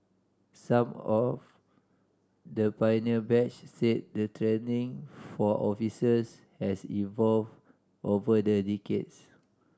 some of the pioneer batch said the training for officers has evolved over the decades